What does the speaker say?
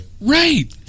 Right